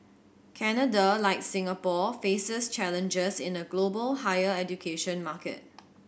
Canada like Singapore faces challenges in a global higher education market